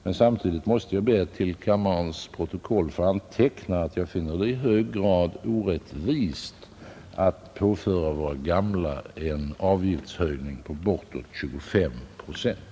Men samtidigt måste jag be att till kammarens protokoll få antecknat att jag finner det i hög grad orättvist att påföra våra gamla en avgiftshöjning på bortåt 25 procent.